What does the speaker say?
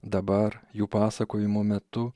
dabar jų pasakojimo metu